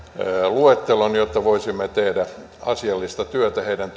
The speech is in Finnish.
luettelon jotta voisimme tehdä asiallista työtä heidän